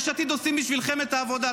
יש עתיד עושים בשבילכם את העבודה.